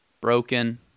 broken